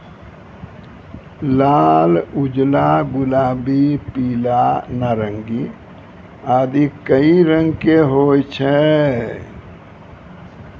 लाल, उजला, गुलाबी, पीला, नारंगी आदि कई रंग के होय छै